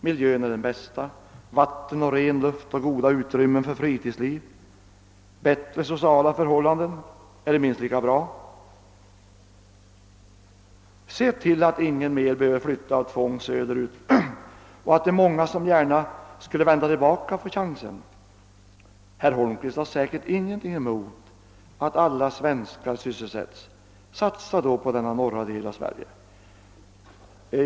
Miljön är den bästa: vatten, ren luft, goda utrymmen för fritidsliv, bättre sociala förhållanden eller minst lika bra. Se till att ingen mer av tvång behöver flytta söderut och att de många som gärna skulle vilja vända tillbaka får chansen! Herr Holmqvist har säkert ingenting emot att alla svenskar sysselsätts. Satsa då på denna norra del av Sverige!